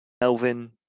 Elvin